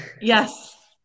Yes